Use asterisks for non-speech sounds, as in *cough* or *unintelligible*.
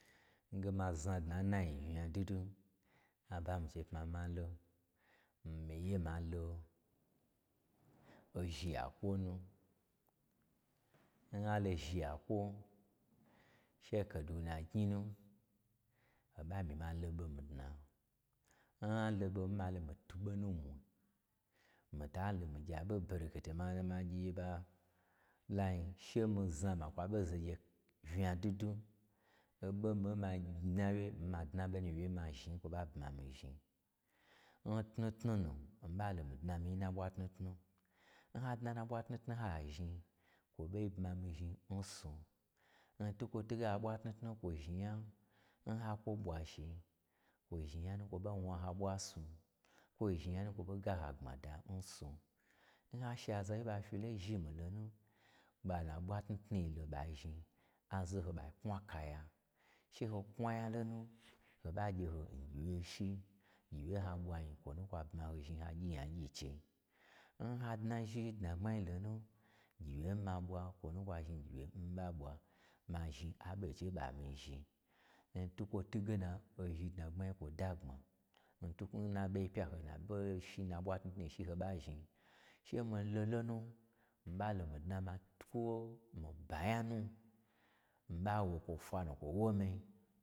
Mge ma znad na n nanyi unya gwu dwudwu, aba n mii chei pma ma lo mi ye ma lo ozhi yakwo nu nha lo zhi yakwo, che kaduna gnyinu ho ɓa myi ma loɓo mii dna. N ha lo ɓo n malo mii twu ɓo numwi. Mii ta lo mii gya ɓo ɓereketen ma myi ma gye ɓa lain, che mii zna ma twu aɓo zogye unya dwudwu, oɓo n mii ye ma chawye n ma dnaɓo nu wye n kwo ɓa bma mii zhni. N tnutnu nu mii ɓa lo mii dna mii nyi n na ɓwa tnutnu n hadna n na ɓwa tnutnu ha zhni kwo ɓo bma mii zhni in su, n twukwo twuge aɓwa tnutnu, kwo zhni nya n ha kwo ɓwa shi, kwo zhni nya nu n kwo ɓo wna haɓwa n su, kwo zhni nya nu nkwo ɓo gaho agbmadansu. Mha shi azawye on ɓa fyi lon zhimii lonu ɓa na ɓwa tnutnu lo ɓa zhni, azaho ɓa knwu kaya, che ko knwa nya lonu, ho ɓa gye ho gyiwyei shi, gyiwye n ha bwanyi kwonu n kwa bma hozhni, ha gyi nyagyi chei. N ha dna nzhi dnagbmai lonu, gyi wye nha ɓwa o kwu nu n kwa zhni gyiwye n mii ɓa ɓwa, ma zhni aɓo o chei n ɓa n mi-i zhinyi, n twukwo twuge na ohi dnagbmai kwo dnag bma, n twoukwo n naɓaiye pya *unintelligible* n na ɓwa tnutnu shi n ho ɓa zhni. Che mii lo lonu, mii ɓalo mii dna ma, kwo mii banya nu, mii ɓa wo kwo fa nu kwo wo mii.